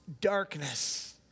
darkness